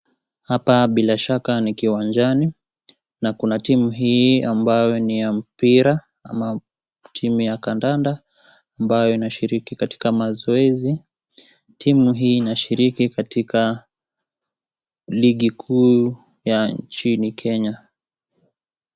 Hapa bila shaka ni kiwanjani na Kuna timu hii ambayo ni ya mpira ama timu ya kandanda ambayo inashiriki katika mazoezi, timu hii inashiriki katika ligi kuu ya nchini kenya